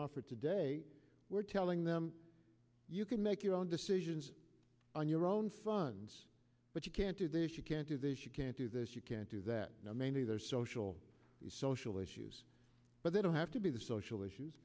offered today we're telling them you can make your own decisions on your own funds but you can't do this you can't do this you can't do this you can't do that mainly there's social the social issues but they don't have to be the social issues